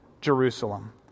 Jerusalem